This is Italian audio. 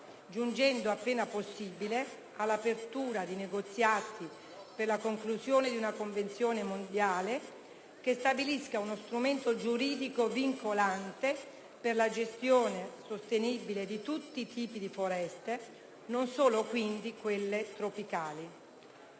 giungendo, appena possibile, all'apertura di negoziati per la firma di una convenzione mondiale che stabilisca uno strumento giuridico vincolante per la gestione sostenibile di tutti i tipi di foreste, non solo quindi quelle tropicali.